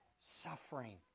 suffering